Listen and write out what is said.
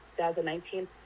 2019